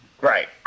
Right